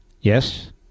Yes